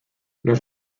los